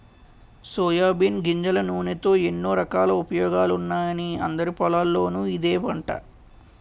soybean గింజల నూనెతో ఎన్నో రకాల ఉపయోగాలున్నాయని అందరి పొలాల్లోనూ ఇదే పంట